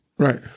Right